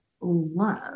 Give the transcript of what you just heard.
love